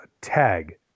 tag